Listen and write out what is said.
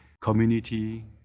community